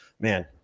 man